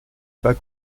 pas